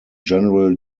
general